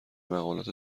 مقالات